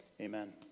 Amen